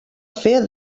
fer